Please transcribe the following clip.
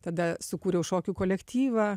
tada sukūriau šokių kolektyvą